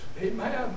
Amen